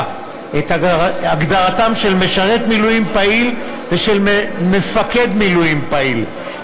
את הגדרתם של משרת מילואים פעיל ושל מפקד מילואים פעיל,